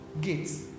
gates